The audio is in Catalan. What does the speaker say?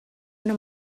una